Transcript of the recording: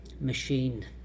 machine